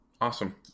awesome